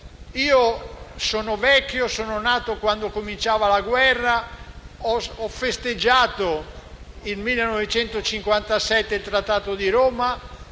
io sono vecchio, sono nato quando cominciava la guerra, ho festeggiato nel 1957 il Trattato di Roma,